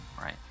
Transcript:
right